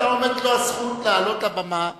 היתה עומדת לו הזכות לעלות לבמה ולומר.